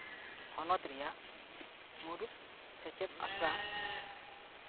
ᱦᱚᱱᱚᱛ ᱨᱮᱭᱟᱜ ᱢᱩᱬᱩᱫ ᱥᱮᱪᱮᱫ ᱟᱥᱲᱟ